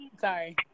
sorry